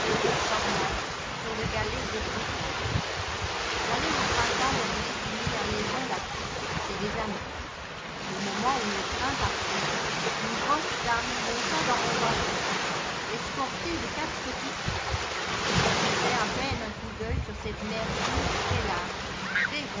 charmante sur le cralet d'etretat j'allais au printemps dernier dîner à maisons laffitte chez des amis au moment où le train partait une grosse dame monta dans mon wagon escortée de quatre petites filles je jetai à peine un coup d'œil sur cette mère poule très large très